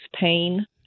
pain